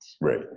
Right